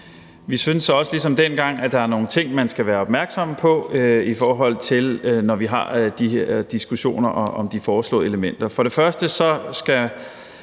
Vi synes ligesom dengang, at der er nogle ting, man skal være opmærksom på, i forhold til de diskussioner vi har om de foreslåede elementer. For det første skal